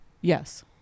yes